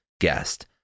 guest